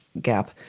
gap